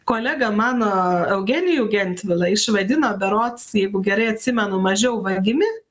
kolegą mano eugenijų gentvilą išvadino berods jeigu gerai atsimenu mažiau vagimi